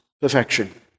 perfection